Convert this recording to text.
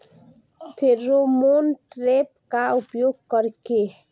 Pheromone trap का उपयोग कर के?